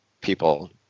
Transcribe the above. people